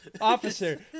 Officer